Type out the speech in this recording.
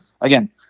again